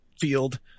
field